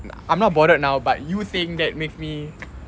I'm not bothered now but you saying that makes me